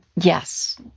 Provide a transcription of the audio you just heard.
Yes